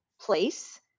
place